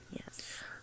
Yes